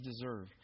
deserve